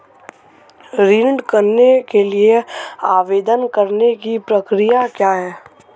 ऋण के लिए आवेदन करने की प्रक्रिया क्या है?